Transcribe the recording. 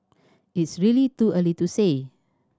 it's really too early to say